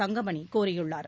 தங்கமணி கூறியுள்ளார்